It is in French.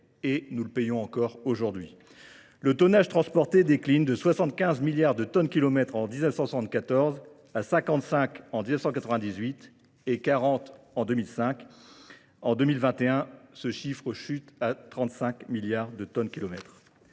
et nous le payons encore aujourd'hui. Le tonnage transporté décline de 75 milliards de tonnes kilomètres en 1974 à 55 en 1998 et 40 en 2005. En 2021, ce chiffre chute à 35 milliards de tonnes kilomètres.